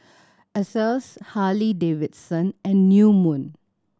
Asos Harley Davidson and New Moon